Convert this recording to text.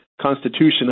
Constitution